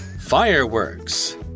fireworks